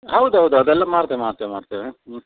ಹೌದೌದು ಅದೆಲ್ಲ ಮಾಡ್ತೇವೆ ಮಾಡ್ತೇವೆ ಮಾಡ್ತೇವೆ